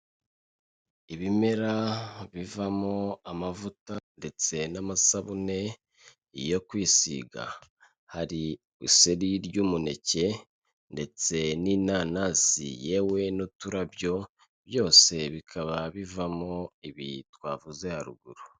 Ibimera bivamo amavuta ndetse n'amasabune yo kwisiga. Hari iseri ry'umuneke ndetse n'inanasi yewe n'uturabyo, byose bikaba bivamo ibi twavuze haruguru.